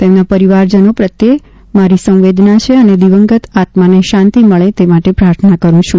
તેમના પરિવારજનો પ્રત્યે મારી સંવેદના છે અને દિવંગત આત્માને શાંતિ મળે તે માટે પ્રાર્થના કરું છું